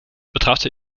betrachte